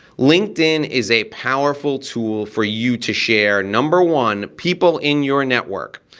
linkedin is a powerful tool for you to share number one, people in your network.